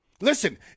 Listen